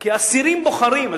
כי אסירים בוחרים,